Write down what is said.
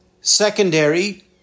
secondary